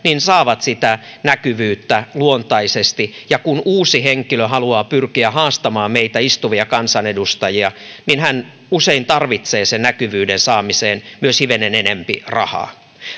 saavat sitä näkyvyyttä luontaisesti ja kun uusi henkilö haluaa pyrkiä haastamaan meitä istuvia kansanedustajia hän usein tarvitsee sen näkyvyyden saamiseen myös hivenen enempi rahaa